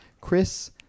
Chris